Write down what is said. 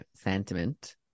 sentiment